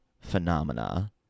phenomena